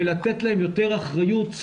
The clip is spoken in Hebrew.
ולתת להם יותר אחריות,